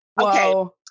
okay